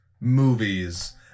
movies